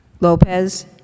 Lopez